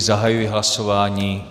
Zahajuji hlasování.